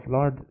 Lord